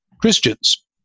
Christians